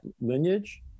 lineage